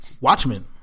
Watchmen